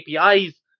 APIs